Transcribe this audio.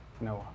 Noah